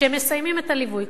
כשהם מסיימים את הליווי.